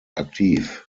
aktiv